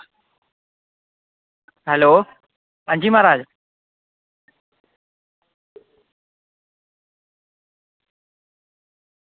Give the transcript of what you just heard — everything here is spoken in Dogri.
हैलो आं जी म्हाराज